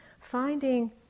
finding